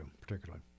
particularly